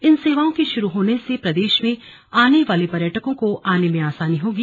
इन सेवाओं के शुरू होने से प्रदेश में आने वाले पर्यटकों को आने में आसानी होगी